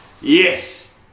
Yes